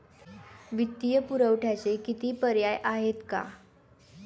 वित्तीय पुरवठ्याचे किती पर्याय आहेत का?